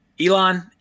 Elon